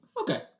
Okay